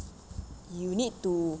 you need to